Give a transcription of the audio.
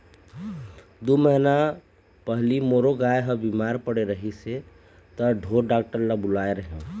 दू महीना पहिली मोरो गाय ह बिमार परे रहिस हे त ढोर डॉक्टर ल बुलाए रेहेंव